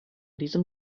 diesem